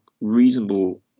reasonable